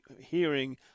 hearing